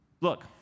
Look